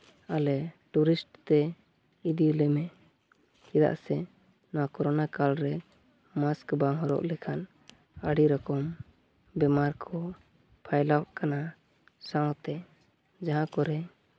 ᱟᱞᱮ ᱴᱩᱨᱤᱥᱴ ᱛᱮ ᱤᱫᱤ ᱞᱮᱢᱮ ᱪᱮᱫᱟᱜ ᱥᱮ ᱱᱚᱣᱟ ᱠᱚᱨᱳᱱᱟ ᱠᱟᱞᱨᱮ ᱢᱟᱥᱠ ᱵᱟᱢ ᱦᱚᱨᱚᱜ ᱞᱮᱠᱷᱟᱱ ᱟᱹᱰᱤ ᱨᱚᱠᱚᱢ ᱵᱤᱢᱟᱨ ᱠᱚ ᱯᱷᱟᱭᱞᱟᱜ ᱠᱟᱱᱟ ᱥᱟᱶᱛᱮ ᱡᱟᱦᱟᱸ ᱠᱚᱨᱮ